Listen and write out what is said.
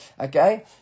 okay